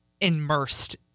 immersed